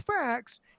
facts